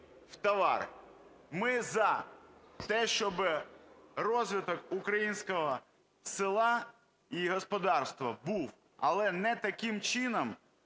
Ми за те, щоби розвиток українського села і господарства був, але не таким чином,